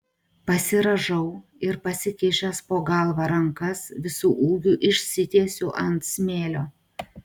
pasirąžau ir pasikišęs po galva rankas visu ūgiu išsitiesiu ant smėlio